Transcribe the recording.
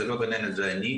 זה לא גננת אלא אני.